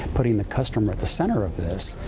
putting the customer at the center of this,